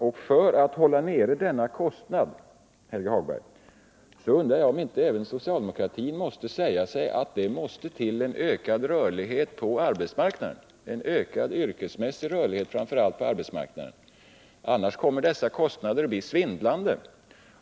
Och när det gäller detta att hålla nere kostnaderna undrar jag, Helge Hagberg, om inte även socialdemokratin måste säga sig att det är nödvändigt med en ökad rörlighet och framför allt en ökad yrkesmässig rörlighet på arbetsmarknaden. Annars kommer dessa kostnader att bli svindlande.